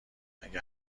مگه